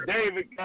David